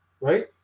right